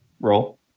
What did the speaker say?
Roll